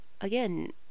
again